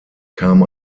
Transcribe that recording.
kam